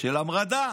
של המרדה.